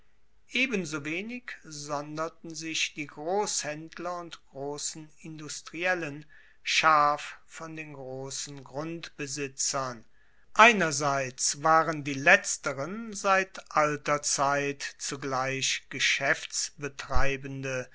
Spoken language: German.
ebensowenig sonderten sich die grosshaendler und grossen industriellen scharf von den grossen grundbesitzern einerseits waren die letzteren seit alter zugleich